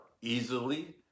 easily